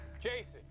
Jason